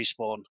Respawn